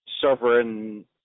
sovereign